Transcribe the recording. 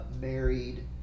married